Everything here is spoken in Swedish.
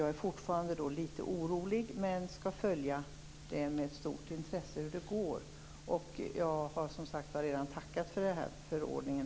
Jag är fortfarande litet orolig, men jag skall följa frågan med stort intresse. Jag är som sagt väldigt tacksam för den här förordningen.